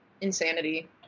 Insanity